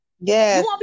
Yes